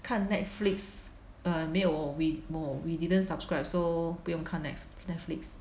看 Netflix err 没有 we no we didn't subscribe so 不用看 Net~ Netflix